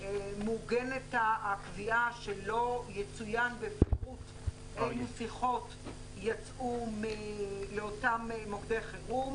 מעוגנת הקביעה שלא יצוין בפירוט אלו שיחות יצאו לאותם מוקדי חירום,